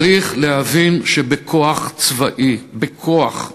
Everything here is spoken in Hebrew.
צריך להבין שבכוח צבאי, בכוח,